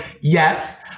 yes